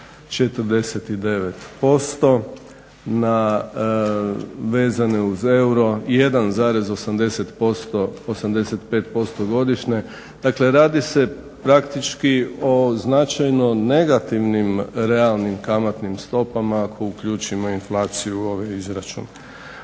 2,49% vezano uz euro 1,85% godišnje. Dakle, radi se praktički o značajno negativnim realnim kamatnim stopama, ako uključimo inflaciju u ove izračune.